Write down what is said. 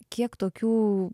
kiek tokių